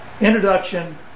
Introduction